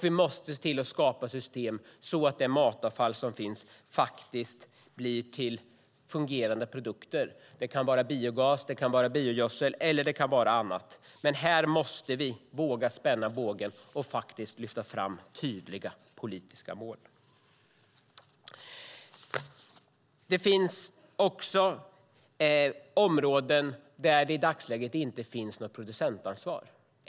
Vi måste skapa system så att matavfallet blir till fungerande produkter såsom biogas, biogödsel eller annat. Här måste vi våga spänna bågen och lyfta fram tydliga politiska mål. I dagsläget finns det områden där det saknas producentansvar.